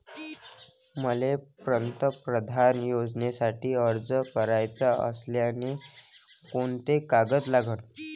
मले पंतप्रधान योजनेसाठी अर्ज कराचा असल्याने कोंते कागद लागन?